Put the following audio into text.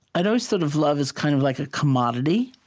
i'd always thought of love as kind of like a commodity.